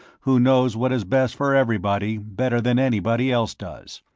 who knows what is best for everybody better than anybody else does,